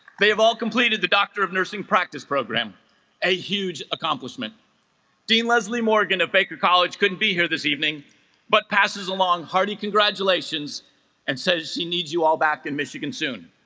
they have all completed the doctor of nursing practice program a huge accomplishment dean leslie morgan of baker college couldn't be here this evening but passes along hearty congratulations and says she needs you all back in michigan soon